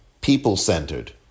people-centered